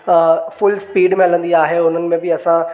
full speed में हलंदी आहे हुननि में बि असां